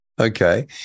okay